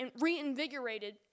reinvigorated